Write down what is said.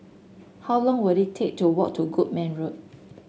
how long will it take to walk to Goodman Road